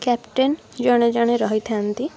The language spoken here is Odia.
କ୍ୟାପ୍ଟେନ୍ ଜଣେ ଜଣେ ରହିଥାନ୍ତି